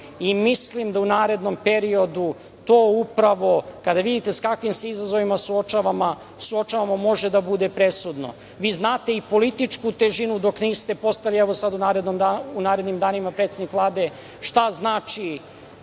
i mislim da u narednom periodu to upravo kada vidite sa kakvim se izazovima suočavamo može da bude presudno. Vi znate i političku težinu dok niste postali evo sada u narednim danima predsednik Vlade šta znači